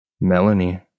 Melanie